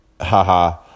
haha